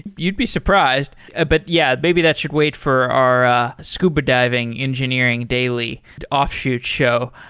you'd be surprised. ah but, yeah, maybe that should wait for our scuba diving engineering daily offshoot show.